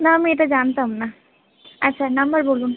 না আমি এটা জানতাম না আচ্ছা নাম্বার বলুন